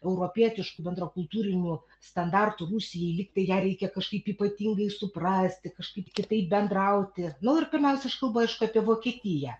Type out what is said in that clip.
europietiškų bendrakultūrinių standartų rusijai lyg tai ją reikia kažkaip ypatingai suprasti kažkaip kitaip bendrauti nu ir pirmiausia aš kalbu aišku apie vokietiją